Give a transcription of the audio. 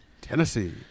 Tennessee